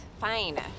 fine